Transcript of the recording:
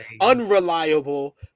unreliable